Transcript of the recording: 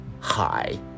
Hi